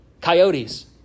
Coyotes